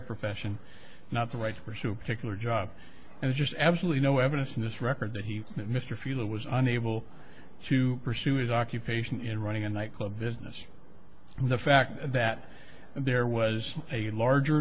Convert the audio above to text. profession not the right to pursue a particular job and is just absolutely no evidence in this record that he mr fuel was unable to pursue his occupation in running a nightclub business and the fact that there was a larger